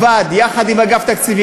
700 מאיפה,